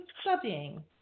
studying